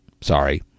Sorry